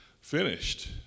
finished